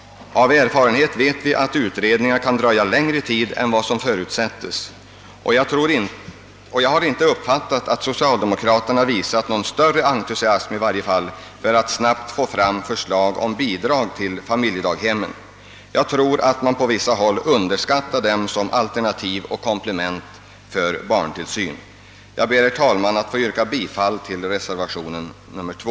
Av erfarenhet vet vi att utredningar kan dröja längre tid än vad som förutsättes. Jag har inte uppfattat att social demokraterna wvisat någon större entus siasm för att snabbt få fram förslag om bidrag till familjedaghemmen. Jag tror att man på vissa håll underskattar dessa som alternativ och komplement när det gäller barntillsyn. Herr talman! Jag ber att få yrka bifall till reservation nr 2.